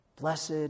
Blessed